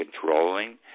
Controlling